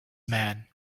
man